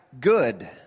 good